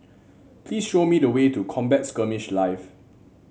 please show me the way to Combat Skirmish Live